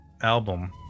album